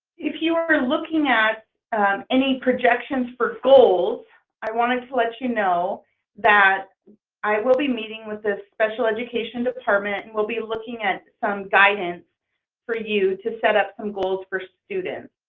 if you are looking at any projections for goals i wanted to let you know that i will be meeting with the special education department and we'll be looking at some guidance for you you to set up some goals for students.